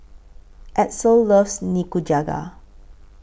Edsel loves Nikujaga